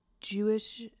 Jewish